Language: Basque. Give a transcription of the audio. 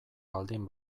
baldin